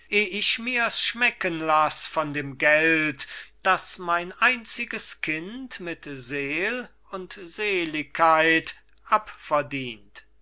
ich mir's schmecken lass von dem geld das mein einziges kind mit seel und seligkeit